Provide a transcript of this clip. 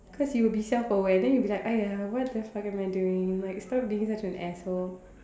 cause you will be self aware then you will be like !aiya! what the fuck am I doing like stop being such an asshole